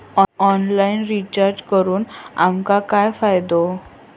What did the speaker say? Online recharge करून आमका काय फायदो?